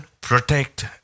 protect